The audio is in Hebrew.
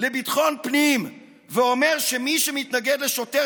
לביטחון הפנים ואומר שמי שמתנגד לשוטר,